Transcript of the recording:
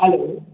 hello